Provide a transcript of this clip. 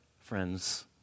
friends